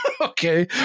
Okay